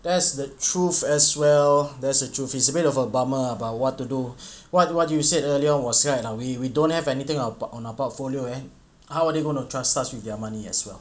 that's the truth as well there's a truth it's a bit of a bumper about what to do what what you said earlier was right and ah we we don't have anything on our port~ on our portfolio eh how are they going to trust us with their money as well